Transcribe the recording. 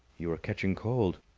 you are catching cold.